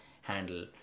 handle